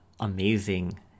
amazing